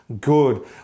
good